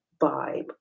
vibe